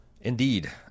Indeed